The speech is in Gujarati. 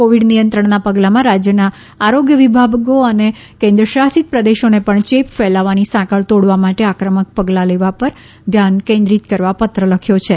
કોવીડ નિયંત્રણનાં પગલાંમાં રાજ્યના આરોગ્ય વિભાગો અને કેન્દ્રશાસિત પ્રદેશોને પણ ચેપ ફેલાવાની સાંકળ તોડવા માટે આક્રમક પગલાં લેવા પર ધ્યાન કેન્દ્રિત કરવા પત્ર લખ્યો છે